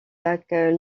lacs